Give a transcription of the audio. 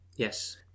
Yes